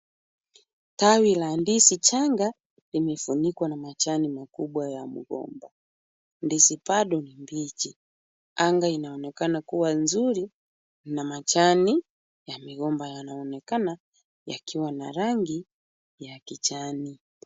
Tawi la ndizi changa limefunikwa na majani makubwa ya mgomba. Ndizi bado ni mbichi. Anga inaonekana kuwa nzuri na majani ya migomba yanaonekana yakiwa na rangi ya kijani.